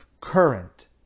current